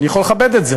אני יכול לכבד את זה.